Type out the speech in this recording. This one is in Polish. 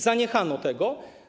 Zaniechano tego.